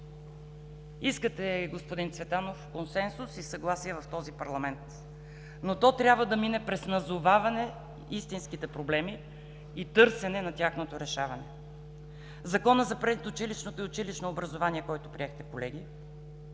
Искате, господин Цветанов, консенсус и съгласие в този парламент, но това трябва да мине през назоваване на истинските проблеми и търсене на тяхното решаване. Законът за предучилищното и училищното образование, който приехте, колеги,